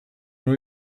know